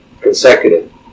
consecutive